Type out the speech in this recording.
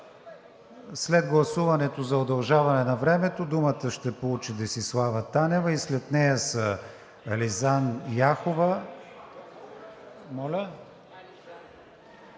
След гласуването за удължаване на времето думата ще получи Десислава Танева, след нея са Ализан Яхова,